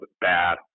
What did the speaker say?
bad